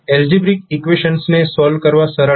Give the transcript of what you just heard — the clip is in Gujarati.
એલ્જીબ્રીક ઈકવેશન્સને સોલ્વ કરવા સરળ છે